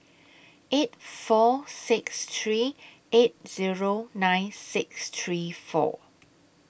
eight four six three eight Zero nine six three four